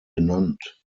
benannt